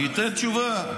אני אתן תשובה.